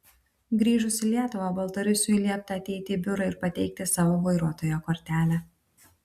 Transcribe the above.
grįžus į lietuvą baltarusiui liepta ateiti į biurą ir pateikti savo vairuotojo kortelę